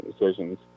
decisions